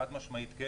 חד משמעית כן.